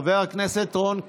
חבר הכנסת רון כץ,